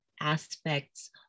aspects